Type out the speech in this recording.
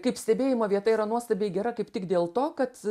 kaip stebėjimo vieta yra nuostabiai gera kaip tik dėl to kad